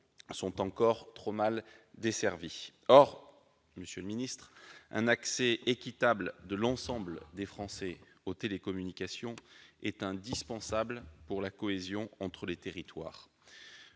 sont encore trop mal desservis. Or, monsieur le ministre, garantir un accès équitable de l'ensemble des Français aux télécommunications est indispensable à la cohésion entre les territoires